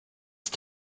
ist